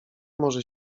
może